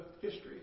history